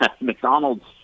McDonald's